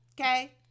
Okay